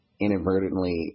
inadvertently